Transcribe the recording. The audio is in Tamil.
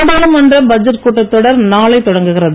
நாடாளுமன்ற பட்ஜெட் கூட்டத் தொடர் நாளை தொடங்குகிறது